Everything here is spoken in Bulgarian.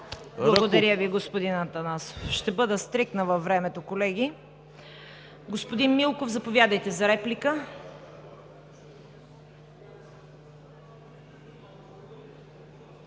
Благодаря Ви, господин Атанасов. Ще бъда стриктна във времето, колеги. Господин Милков, заповядайте за реплика.